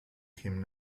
him